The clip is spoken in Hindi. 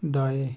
दाएँ